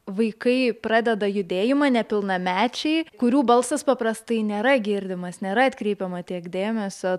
vaikai pradeda judėjimą nepilnamečiai kurių balsas paprastai nėra girdimas nėra atkreipiama tiek dėmesio